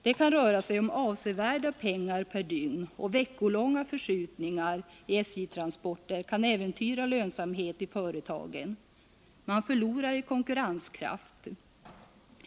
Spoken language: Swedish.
Det kan röra sig om avsevärda belopp per dygn, och veckolånga förskjutningar i SJ-transporter kan äventyra lönsamheten i företagen. Man förlorar i konkurrenskraft.